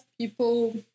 people